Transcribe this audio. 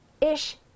ish